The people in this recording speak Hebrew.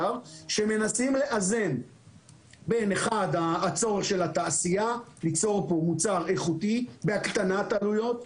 שמנסים לאזן בין הרצון של התעשייה ליצור פה מוצר איכותי בהקטנת עלויות,